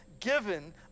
given